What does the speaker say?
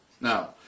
now